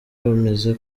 bemeza